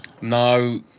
No